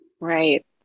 Right